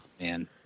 man